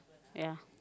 ya